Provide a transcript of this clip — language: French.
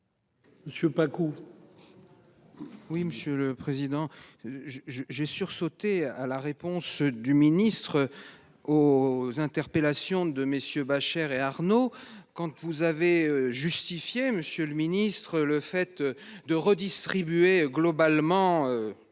Bonjour. Oui, monsieur le président. Je je j'ai sursauté à la réponse du ministre. Aux interpellations de messieurs Bachere et Arnaud quand vous avez justifié Monsieur le Ministre, le fait de redistribuer globalement